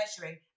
measuring